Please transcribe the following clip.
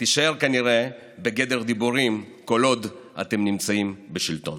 תישאר כנראה בגדר דיבורים כל עוד אתם נמצאים בשלטון.